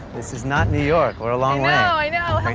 this is not new york, we're a long way. i know,